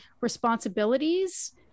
responsibilities